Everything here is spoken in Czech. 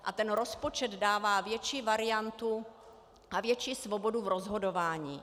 A ten rozpočet dává větší variantu a větší svobodu v rozhodování.